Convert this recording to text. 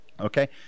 Okay